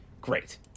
great